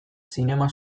zinema